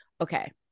okay